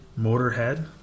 Motorhead